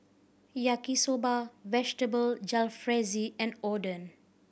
Yaki Soba Vegetable Jalfrezi and Oden